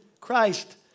Christ